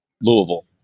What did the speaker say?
Louisville